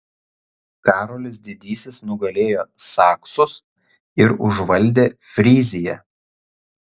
karolis didysis nugalėjo saksus ir užvaldė fryziją